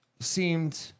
seemed